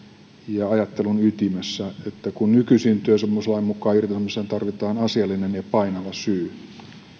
ja ajattelun ytimessä että kun nykyisin työsopimuslain mukaan irtisanomiseen tarvitaan asiallinen ja painava syy niin